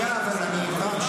שנייה, אבל אני עם רם.